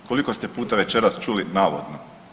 Koliko ste puta večeras čuli navodno.